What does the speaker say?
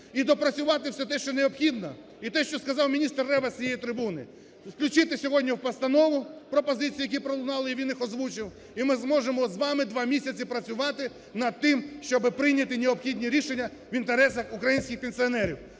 і доопрацювати все те, що необхідно, і те, що сказав міністр Рева з цієї трибуни. Включити сьогодні в постанову пропозиції, які пролунали, і він їх озвучив, і ми зможемо з вами два місяці працювати над тим, щоб прийняти необхідні рішення в інтересах українських пенсіонерів.